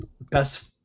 Best